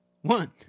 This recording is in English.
One